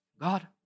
God